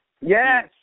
Yes